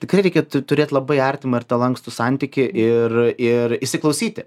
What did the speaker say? tikrai reikia turėt labai artimą ir tą lankstų santykį ir įsiklausyti